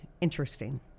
interesting